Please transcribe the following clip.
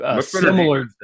similar